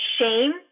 shame